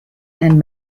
and